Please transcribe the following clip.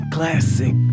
Classic